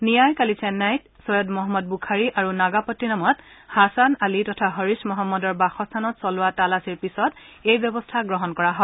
নিয়াই কালি চেন্নাইত ছৈয়দ মহম্মদ বুখাৰী আৰু নাগাপট্টিনমত হাচান আলী তথা হৰিশ মহম্মদৰ বাসস্থানত চলোৱা তালাচীৰ পিছত এই ব্যৱস্থা গ্ৰহণ কৰা হয়